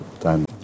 time